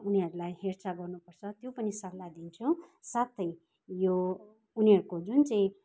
उनीहरूलाई हेरचाह गर्नुपर्छ त्यो पनि सल्लाह दिन्छौँ साथै यो उनीहरूको जुन चाहिँ